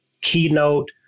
Keynote